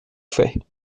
fait